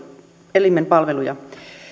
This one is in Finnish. palveluja